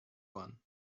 one